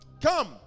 come